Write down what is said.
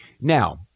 Now